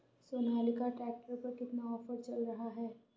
Sonalika tractor पर कितना offer चल रहा है?